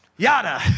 Yada